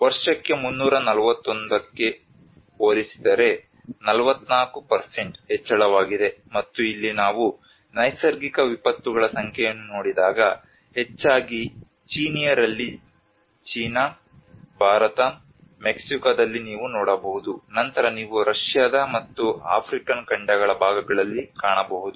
ವರ್ಷಕ್ಕೆ 341 ಕ್ಕೆ ಹೋಲಿಸಿದರೆ 44 ಹೆಚ್ಚಳವಾಗಿದೆ ಮತ್ತು ಇಲ್ಲಿ ನಾವು ನೈಸರ್ಗಿಕ ವಿಪತ್ತುಗಳ ಸಂಖ್ಯೆಯನ್ನು ನೋಡಿದಾಗ ಹೆಚ್ಚಾಗಿ ಚೀನಿಯರಲ್ಲಿ ಚೀನಾ ಭಾರತ ಮೆಕ್ಸಿಕೊದಲ್ಲಿ ನೀವು ನೋಡಬಹುದು ನಂತರ ನೀವು ರಷ್ಯಾದ ಮತ್ತು ಆಫ್ರಿಕನ್ ಖಂಡಗಳ ಭಾಗಗಳಲ್ಲಿ ಕಾಣಬಹುದು